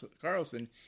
Carlson